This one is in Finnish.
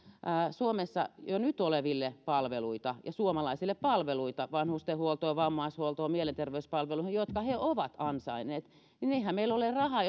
suomessa jo nyt oleville palveluita ja suomalaisille palveluita vanhustenhuoltoa vammaishuoltoa mielenterveyspalveluita jotka he ovat ansainneet niin eihän meillä ole rahaa